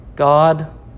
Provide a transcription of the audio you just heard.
God